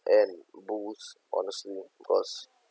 and booze honestly because